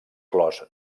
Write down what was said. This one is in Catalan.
clos